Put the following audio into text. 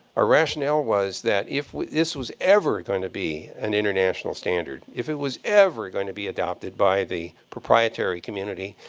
our rationale was that if this was ever going to be an international standard, if it was ever going to be adopted by the proprietary community,